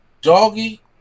Doggy